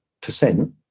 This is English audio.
percent